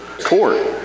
court